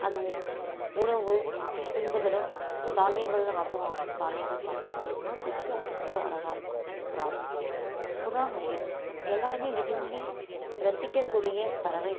அது உணவு உண்பதிலும் தானியங்களும் அதுவும் ஆகும் தானியங்கள் சாப்பிடும் பார்க்கறதுக்கு அது ரொம்ப அழகாக இருக்கும் புறாவும் புறா மயில் எல்லாேருமே விரும்பி ரசிக்கக்கூடிய பறவை